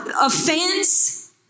offense